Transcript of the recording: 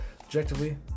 objectively